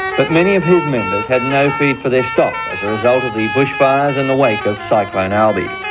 but many of his members had no feed for their stock as a result of the bushfires in the wake of cyclone alby.